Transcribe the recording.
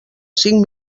cinc